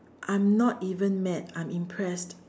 I'm not even mad I'm impressed